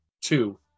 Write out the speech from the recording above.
two